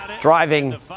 driving